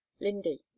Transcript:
lindy